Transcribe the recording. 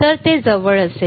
तर ते जवळ असेल